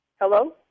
Hello